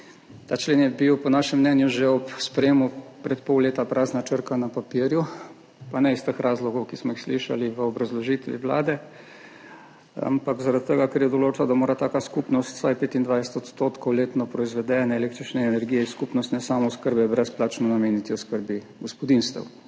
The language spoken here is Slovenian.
Ta člen je bil po našem mnenju že ob sprejetju pred pol leta prazna črka na papirju, pa ne iz teh razlogov, ki smo jih slišali v obrazložitvi Vlade, ampak zaradi tega, ker je določal, da mora taka skupnost vsaj 25 % letno proizvedene električne energije iz skupnostne samooskrbe brezplačno nameniti oskrbi gospodinjstev.